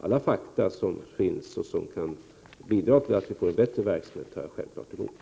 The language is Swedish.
Alla fakta som kan bidra till att vi får en bättre verksamhet tar jag dock självfallet emot.